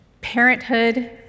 Parenthood